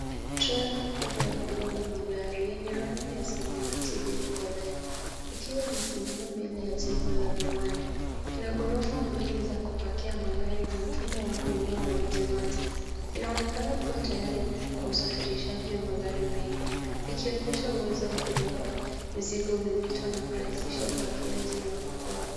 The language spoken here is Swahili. Trela kubwa ya kubeba magari yenye rangi ya samawati iliyokolea ikiwa imesimama mbele ya jengo la viwanda ina ghorofa mbili za kupakia magari na mfumo wa kuinua majimaji. Inaonekana kuwa tayari kwa usafirishaji wa magari mengi ikionyesha uwezo wa kubeba mizigo mizito na kurahisisha upakiaji na upakuaji.